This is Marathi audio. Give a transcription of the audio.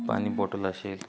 पाणी बॉटल असेल